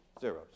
zeros